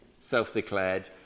self-declared